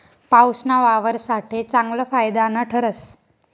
पाऊसना वावर साठे चांगलं फायदानं ठरस